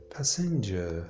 Passenger